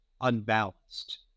unbalanced